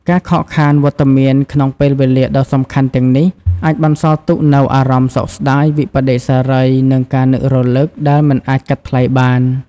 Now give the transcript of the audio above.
ការខកខានវត្តមានក្នុងពេលវេលាដ៏សំខាន់ទាំងនេះ អាចបន្សល់ទុកនូវអារម្មណ៍សោកស្ដាយ វិប្បដិសារី និងការនឹករលឹកដែលមិនអាចកាត់ថ្លៃបាន។